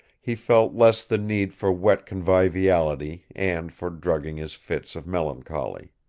he felt less the need for wet conviviality and for drugging his fits of melancholy.